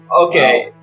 Okay